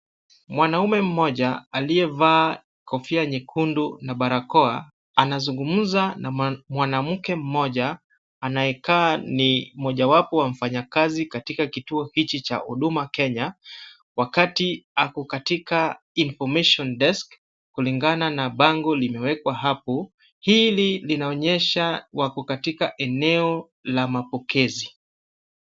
Mwanaume mmoja aliyevaa kofia nyekundu na barakoa, anazungumza na mwanamke mmoja anayekaa ni moja wapo wa mfanyakazi katika kituo hiki cha Huduma Kenya wakati ako katika Information Desk kulingana na bango limewekwa hapo. Hili linaonyesha wako katika eneo la mapokezi.